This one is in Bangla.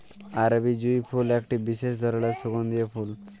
আরবি জুঁই ফুল একটি বিসেস ধরলের সুগন্ধিও ফুল